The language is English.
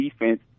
defense